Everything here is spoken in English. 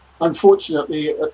unfortunately